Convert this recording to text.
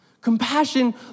compassion